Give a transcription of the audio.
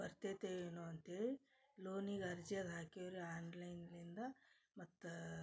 ಬರ್ತೈತೆ ಏನೋ ಅಂತ್ಹೇಳಿ ಲೋನಿಗೆ ಅರ್ಜಿ ಅದು ಹಾಕಿವ್ರಿ ಆನ್ಲೈನ್ನಿಂದ ಮತ್ತು